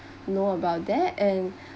know about that and